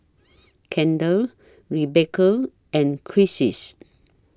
Kendal Rebecca and Crissies